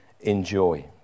enjoy